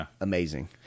amazing